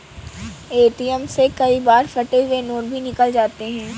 ATM से कई बार फटे हुए नोट भी निकल जाते हैं